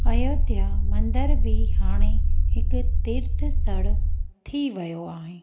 अयोध्या मंदर बि हाणे हिकु तीर्थ स्थण थी वियो आहे